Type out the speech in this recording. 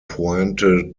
pointe